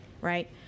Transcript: right